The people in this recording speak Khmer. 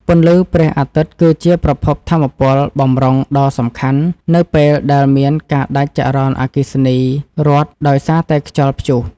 ពន្លឺព្រះអាទិត្យ គឺជាប្រភពថាមពលបម្រុងដ៏សំខាន់នៅពេលដែលមានការដាច់ចរន្តអគ្គិសនីរដ្ឋដោយសារតែខ្យល់ព្យុះ។